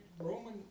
Roman